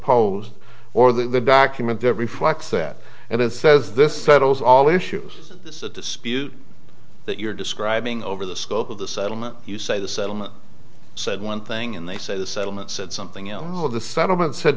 posed or that the document that reflects that and it says this settles all issues this is a dispute that you're describing over the scope of the settlement you say the settlement said one thing and they said the settlement said something else all of the settlement said